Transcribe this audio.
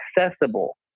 accessible